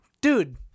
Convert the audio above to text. dude